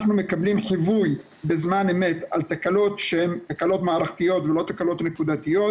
אנחנו מקבלים חיווי בזמן אמת על תקלות שהן תקלות מערכתיות ולא נקודתיות,